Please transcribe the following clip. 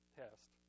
test